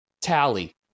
tally